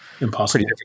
impossible